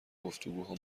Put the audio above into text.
گفتگوها